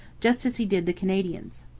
just as he did the canadians.